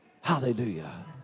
hallelujah